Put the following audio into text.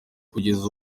kugeza